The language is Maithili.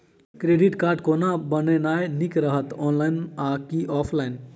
क्रेडिट कार्ड कोना बनेनाय नीक रहत? ऑनलाइन आ की ऑफलाइन?